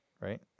Right